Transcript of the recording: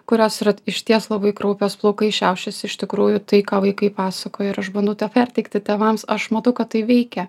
kurios yra išties labai kraupios plaukai šiaušiasi iš tikrųjų tai ką vaikai pasakoja ir aš bandau tą perteikti tėvams aš matau kad tai veikia